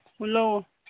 ꯂꯧꯋꯣ